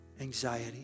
anxiety